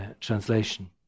translation